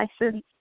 license